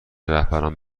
رهبران